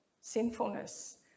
sinfulness